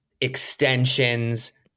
extensions